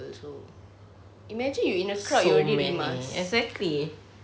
so imagine you in a crowd you already rimas